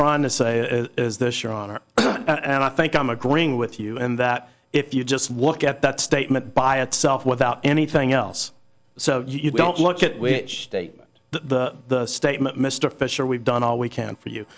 trying to say is this your honor and i think i'm agreeing with you in that if you just look at that statement by itself without anything else so you don't look at which state the statement mr fisher we've done all we can for you